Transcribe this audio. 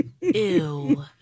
Ew